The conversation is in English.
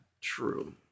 True